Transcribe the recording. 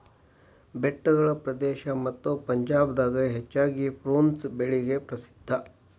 ಬೆಟ್ಟಗಳ ಪ್ರದೇಶ ಮತ್ತ ಪಂಜಾಬ್ ದಾಗ ಹೆಚ್ಚಾಗಿ ಪ್ರುನ್ಸ್ ಬೆಳಿಗೆ ಪ್ರಸಿದ್ಧಾ